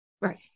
Right